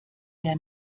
der